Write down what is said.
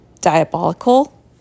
diabolical